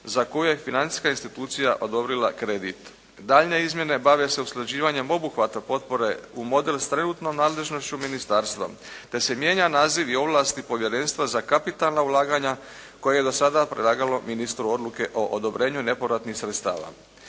za koju je financijska institucija odobrila kredit. Daljnje izmjene bave se usklađivanjem obuhvatne potpore u model sa trenutnom nadležnošću ministarstva. Te se mijenja naziv i ovlasti povjerenstva za kapitalna ulaganja koje je do sada predlagalo ministru odluke o odobrenju nepovratnih sredstava.